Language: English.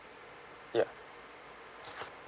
yup